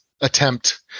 attempt